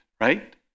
right